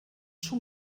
schon